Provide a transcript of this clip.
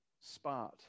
spot